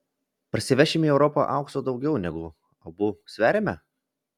parsivešime į europą aukso daugiau negu abu sveriame